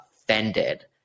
offended